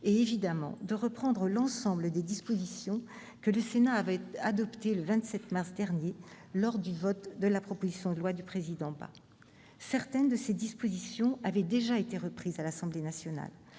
et, évidemment, de reprendre l'ensemble des dispositions que le Sénat avait adoptées le 27 mars dernier lors du vote de la proposition de loi de Philippe Bas. Certaines de ses dispositions avaient déjà été reprises à l'Assemblée nationale.